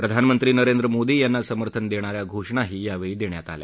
प्रधानमंत्री नरेंद्र मोदी यांना समर्थन देणाऱ्या घोषणाही यावेळी देण्यात आल्या